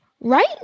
right